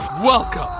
Welcome